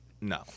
No